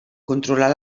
controlar